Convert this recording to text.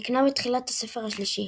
נקנה בתחילת הספר השלישי.